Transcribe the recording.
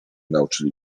nauczyli